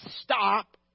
Stop